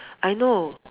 I know